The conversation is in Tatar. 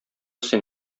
син